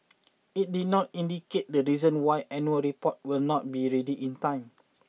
it did not indicate the reason why annual report will not be ready in time